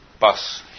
bus